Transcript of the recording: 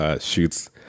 shoots